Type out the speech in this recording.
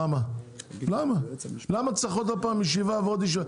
למה צריך עוד פעם ישיבה ועוד ישיבה?